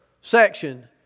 section